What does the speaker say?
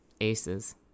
Aces